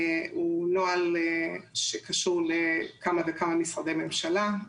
לא נוהל שקשור לכמה וכמה משרדי ממשלה.